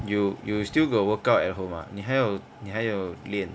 you you still got workout at home ah 你还有你还有练